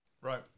Right